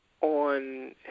on